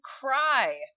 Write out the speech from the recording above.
cry